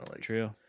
True